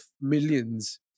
millions